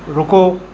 ਰੁਕੋ